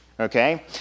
okay